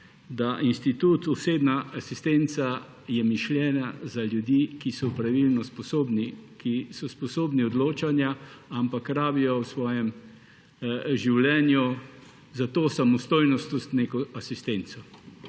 da institut osebna asistenca je mišljen za ljudi, ki so opravilno sposobni, ki so sposobni odločanja, ampak rabijo v svojem življenju za to samostojnost tudi neko asistenco.